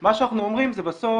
מה שאנחנו אומרים זה בסוף,